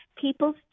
people's